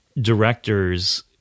directors –